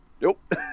Nope